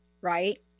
right